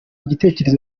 igitekerezo